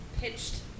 pitched